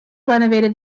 renovated